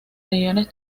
regiones